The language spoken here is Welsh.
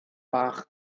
bach